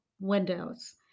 windows